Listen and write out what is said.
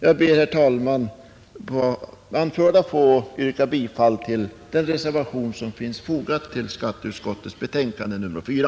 Jag ber, herr talman, med det anförda att få yrka bifall till den reservation som är fogad vid skatteutskottets betänkande nr 4.